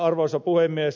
arvoisa puhemies